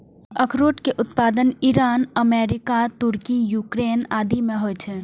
अखरोट के उत्पादन ईरान, अमेरिका, तुर्की, यूक्रेन आदि मे होइ छै